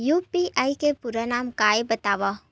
UPI के पूरा नाम का हे बतावव?